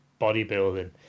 bodybuilding